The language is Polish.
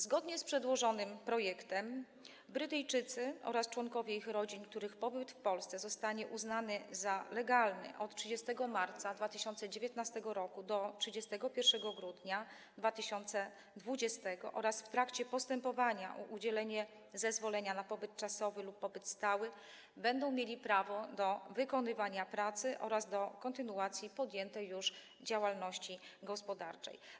Zgodnie z przedłożonym projektem Brytyjczycy oraz członkowie ich rodzin, których pobyt w Polsce zostanie uznany za legalny, od 30 marca 2019 r. do 31 grudnia 2020 r. oraz w trakcie postępowania o udzielenie zezwolenia na pobyt czasowy lub pobyt stały będą mieli prawo do wykonywania pracy oraz do kontynuacji podjętej już działalności gospodarczej.